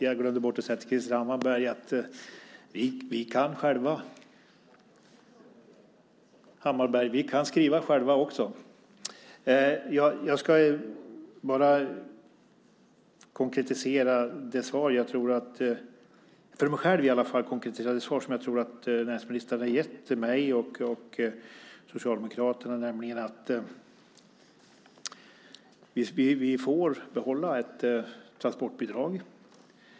Herr talman! Jag glömde säga till Krister Hammarbergh att vi kan själva. Vi kan skriva själva också, Hammarbergh. Jag ska bara för mig själv konkretisera det svar jag tror att näringsministern har gett till mig och Socialdemokraterna, nämligen att vi får behålla ett transportbidrag.